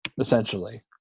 Essentially